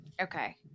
Okay